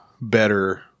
better